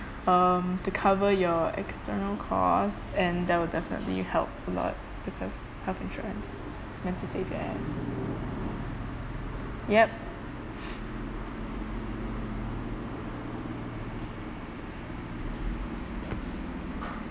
um to cover your external costs and that will definitely help a lot because health insurance is meant to save your ass yup